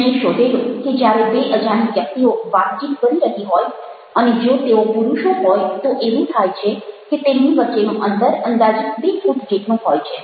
મેં શોધેલું કે જ્યારે બે અજાણી વ્યક્તિઓ વાતચીત કરી રહી હોય અને જો તેઓ પુરુષો હોય તો એવું થાય છે કે તેમની વચ્ચેનું અંતર અંદાજિત બે ફૂટ જેટલું હોય છે